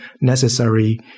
necessary